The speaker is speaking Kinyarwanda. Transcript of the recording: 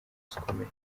zikomeye